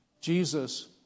Jesus